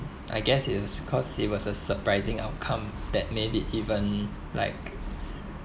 I guess it's because it was a surprising outcome that maybe even like